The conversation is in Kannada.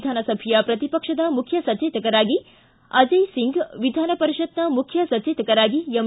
ವಿಧಾನಸಭೆಯ ಪ್ರತಿಪಕ್ಷದ ಮುಖ್ಯಸಚೇತಕರಾಗಿ ಅಜಯ ಸಿಂಗ್ ವಿಧಾನ ಪರಿಷತ್ನ ಮುಖ್ಯ ಸಚೇತಕರಾಗಿ ಎಂ